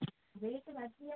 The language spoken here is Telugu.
రేటు అధికమైంది